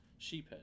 sheephead